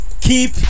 Keep